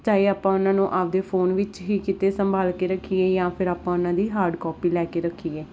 ਚਾਹੇ ਆਪਾਂ ਉਹਨਾਂ ਨੂੰ ਆਪਣੇ ਫੋਨ ਵਿੱਚ ਹੀ ਕਿਤੇ ਸੰਭਾਲ ਕੇ ਰੱਖੀਏ ਜਾਂ ਫਿਰ ਆਪਾਂ ਉਹਨਾਂ ਦੀ ਹਾਰਡ ਕਾਪੀ ਲੈ ਕੇ ਰੱਖੀਏ